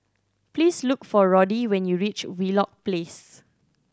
please look for Roddy when you reach Wheelock Place